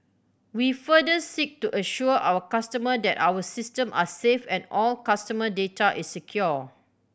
we further seek to assure our customer that our system are safe and all customer data is secure